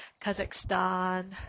Kazakhstan